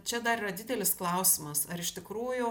čia dar yra didelis klausimas ar iš tikrųjų